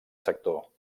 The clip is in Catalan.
sector